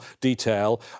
detail